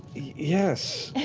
yes.